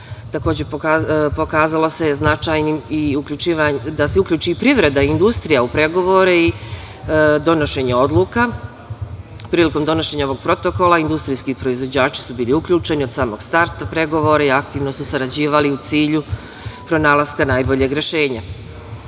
pokazalo se značajnim da se uključi i privreda i industrija u pregovore i donošenje odluka. Prilikom donošenja ovog protokola industrijski proizvođači su bili uključeni od samog starta pregovara i aktivno su sarađivali u cilju pronalaska najboljeg rešenja. Ono